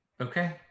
Okay